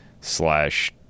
slash